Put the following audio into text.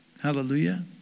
hallelujah